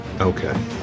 Okay